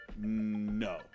No